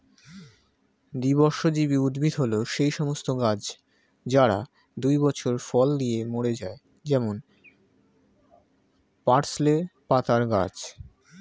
দ্বিবর্ষজীবী উদ্ভিদ হল সেই সমস্ত গাছ যারা দুই বছর ফল দিয়ে মরে যায় যেমন পার্সলে পাতার গাছ